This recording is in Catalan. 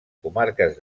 comarques